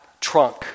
trunk